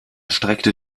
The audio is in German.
streckte